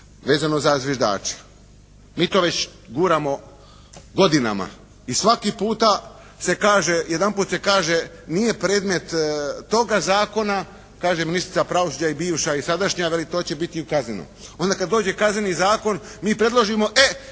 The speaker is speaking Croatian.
vezano za zviždače. Mi to već guramo godinama i svaki puta se kaže, jedanput se kaže nije predmet toga zakona kaže ministrica pravosuđa i bivša i sadašnja, veli to će biti u kaznenom. Onda kada dođe Kazneni zakon mi predložimo, e